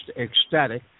ecstatic